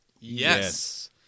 Yes